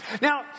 Now